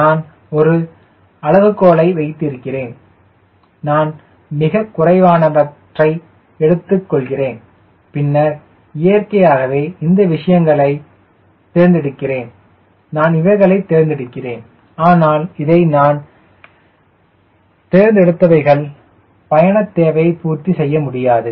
நான் ஒரு அளவுகோலை வைக்கிறேன் நான் மிகக் குறைவானதை எடுத்துக்கொள்கிறேன் பின்னர் இயற்கையாகவே இந்த விஷயங்களில் தேர்ந்தெடுக்கிறேன் நான் இவைகளை தேர்ந்தெடுக்கிறேன் ஆனால் இதை நான் தேர்ந்தெடுத்தவைகள் பயணத்தேவையை பூர்த்தி செய்ய முடியாது